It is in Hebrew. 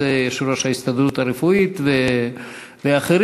את יושב-ראש ההסתדרות הרפואית ואחרים.